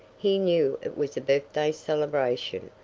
he knew it was a birthday celebration,